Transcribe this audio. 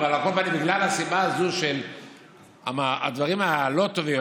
אבל בגלל הסיבה הזאת של הדברים הלא-טובים,